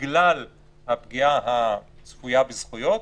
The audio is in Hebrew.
גם לדבר הזה מצד אחד יש טעם מעשי ויש לו טעם חוקתי,